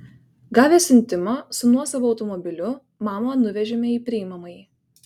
gavę siuntimą su nuosavu automobiliu mamą nuvežėme į priimamąjį